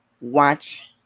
Watch